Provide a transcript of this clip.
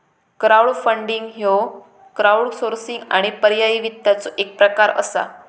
crowdfunding ह्य crowdsourcing आणि पर्यायी वित्ताचो एक प्रकार असा